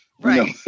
Right